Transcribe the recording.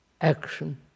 action